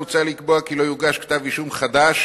מוצע לקבוע כי לא יוגש כתב אישום חדש